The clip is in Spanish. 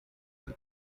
del